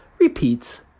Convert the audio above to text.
repeats